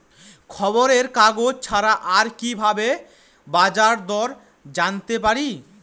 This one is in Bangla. খবরের কাগজ ছাড়া আর কি ভাবে বাজার দর জানতে পারি?